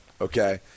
okay